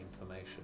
information